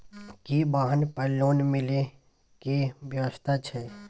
की वाहन पर लोन मिले के व्यवस्था छै?